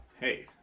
Hey